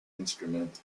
instrument